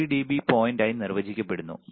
3 DB point ആയി നിർവചിക്കപ്പെടുന്നു